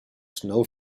snow